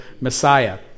Messiah